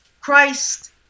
Christ